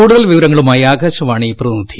കൂടുതൽ വിവരങ്ങളുമായി ആകാശവാണി പ്രതിനിധി